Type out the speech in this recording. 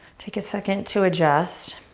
take a second to adjust.